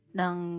ng